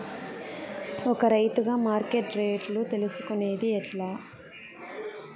ఒక రైతుగా మార్కెట్ రేట్లు తెలుసుకొనేది ఎట్లా?